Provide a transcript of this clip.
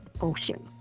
ocean